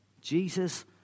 Jesus